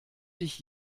dich